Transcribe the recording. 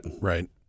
Right